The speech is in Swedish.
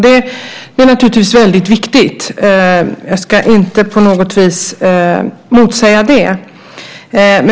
Detta är naturligtvis väldigt viktigt; jag ska inte på något vis motsäga det.